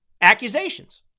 accusations